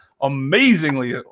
amazingly